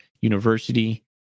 university